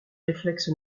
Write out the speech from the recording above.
réflexe